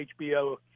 hbo